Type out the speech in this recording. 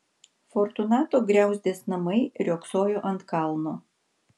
fortunato griauzdės namai riogsojo ant kalno